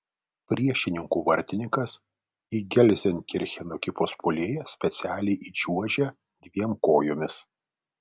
priešininkų vartininkas į gelzenkircheno ekipos puolėją specialiai įčiuožė dviem kojomis